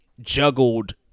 juggled